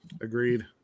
Agreed